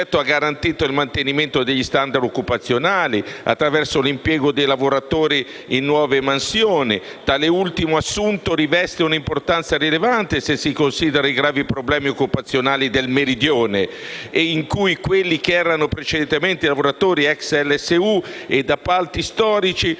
Il progetto ha garantito il mantenimento degli standard occupazionali attraverso l'impiego dei lavoratori in nuove mansioni. Tale ultimo assunto riveste un'importanza rilevante se si considerano i gravi problemi occupazionali del Meridione, dove quelli che erano precedentemente lavoratori ex LSU e appalti storici,